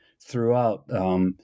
throughout